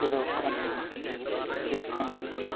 Sido Kanhu Birsa Munda